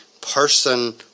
person